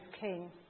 King